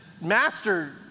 Master